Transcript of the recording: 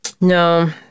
No